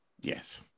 Yes